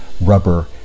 rubber